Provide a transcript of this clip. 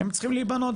הם צריכים להיבנות,